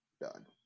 done